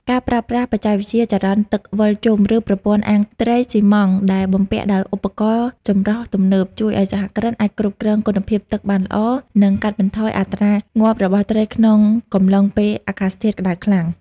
ការប្រើប្រាស់បច្ចេកវិទ្យាចរន្តទឹកវិលជុំ ឬប្រព័ន្ធអាងត្រីស៊ីម៉ងត៍ដែលបំពាក់ដោយឧបករណ៍ចម្រោះទំនើប ជួយឱ្យសហគ្រិនអាចគ្រប់គ្រងគុណភាពទឹកបានល្អ និងកាត់បន្ថយអត្រាងាប់របស់ត្រីក្នុងកំឡុងពេលអាកាសធាតុក្ដៅខ្លាំង។